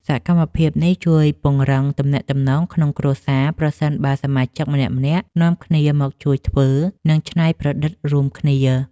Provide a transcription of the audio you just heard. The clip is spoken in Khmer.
សកម្មភាពនេះជួយពង្រឹងទំនាក់ទំនងក្នុងគ្រួសារ ប្រសិនបើសមាជិកម្នាក់ៗនាំគ្នាមកជួយធ្វើ និងច្នៃប្រឌិតរួមគ្នា។